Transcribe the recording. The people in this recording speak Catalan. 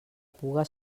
puga